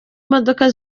imodoka